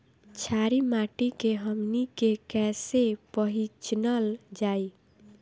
छारी माटी के हमनी के कैसे पहिचनल जाइ?